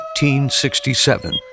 1867